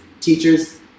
Teachers